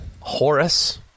Horus